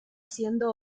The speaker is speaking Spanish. siendo